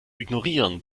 ignorieren